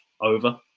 over